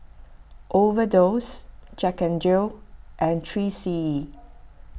Overdose Jack N Jill and three C E